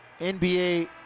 NBA